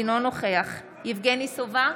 אינו נוכח יבגני סובה,